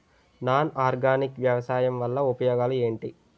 Non organic వ్యవసాయం వల్ల ఉపయోగాలు ఏంటీ?